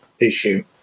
issue